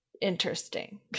interesting